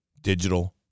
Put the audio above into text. digital